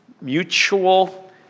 mutual